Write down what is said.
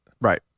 Right